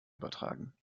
übertragen